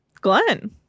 Glenn